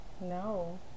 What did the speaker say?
no